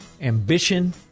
ambition